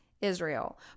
Israel